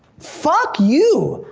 fuck you!